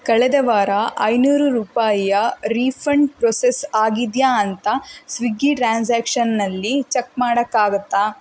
ಕಳೆದ ವಾರ ಐನೂರು ರೂಪಾಯಿಯ ರೀಫಂಡ್ ಪ್ರೊಸೆಸ್ ಆಗಿದೆಯಾ ಅಂತ ಸ್ವಿಗ್ಗಿ ಟ್ರ್ಯಾನ್ಸಾಕ್ಷನ್ನಲ್ಲಿ ಚೆಕ್ ಮಾಡೋಕ್ಕಾಗತ್ತಾ